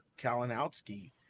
Kalinowski